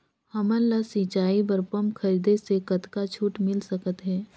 हमन ला सिंचाई बर पंप खरीदे से कतका छूट मिल सकत हे?